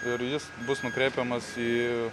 ir jis bus nukreipiamas į